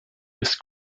bis